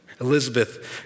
Elizabeth